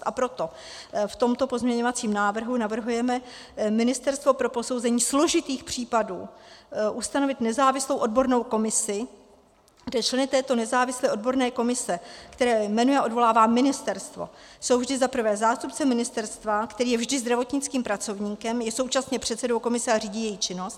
A proto v tomto pozměňovacím návrhu navrhujeme ministerstvo pro posouzení složitých případů ustanovit nezávislou odbornou komisi, kde členy této nezávislé odborné komise, které jmenuje a odvolává ministerstvo, jsou vždy za prvé zástupce ministerstva, který je vždy zdravotnickým pracovníkem, je současně předsedou komise a řídí její činnost.